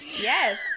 Yes